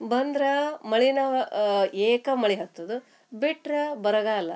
ಬಂದ್ರಾ ಮಳೀನಾ ಏಕ ಮಳೆ ಹತ್ತುದು ಬಿಟ್ರಾ ಬರಗಾಲ